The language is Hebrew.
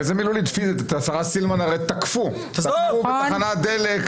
את השרה סילמן תקפו בתחנת דלק,